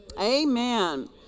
Amen